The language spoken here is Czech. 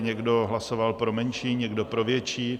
Někdo hlasoval pro menší, někdo pro větší.